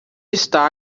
está